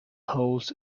holds